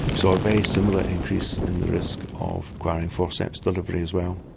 so a very similar increase in the risk of requiring forceps delivery as well.